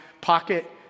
pocket